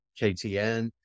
KTN